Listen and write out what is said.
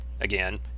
again